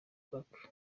park